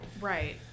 Right